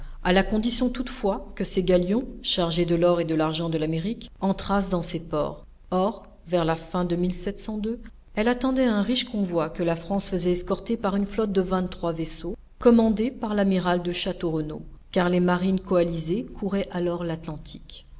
à la condition toutefois que ses galions chargés de l'or et de l'argent de l'amérique entrassent dans ses ports or vers la fin de elle attendait un riche convoi que la france faisait escorter par une flotte de vingt-trois vaisseaux commandés par l'amiral de château renaud car les marines coalisées couraient alors l'atlantique